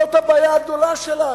זאת הבעיה הגדולה שלנו.